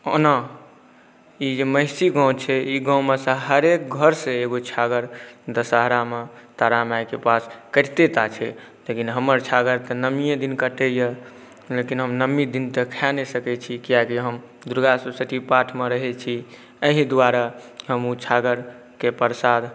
ओना ई जे महिषी गाम छै ई गाममेसँ हरेक घरसँ एगो छागर दशहरामे तारामाइके पास कटितेटा छै लेकिन हमर छागर तऽ नओमिए दिन कटैए लेकिन हम नओमी दिन तऽ खा नहि सकै छी कियाकि हम दुर्गा सप्तशी पाठमे रहै छी एहि दुआरे हम ओ छागरके प्रसाद जतरादिन खाइ छी